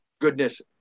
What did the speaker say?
goodness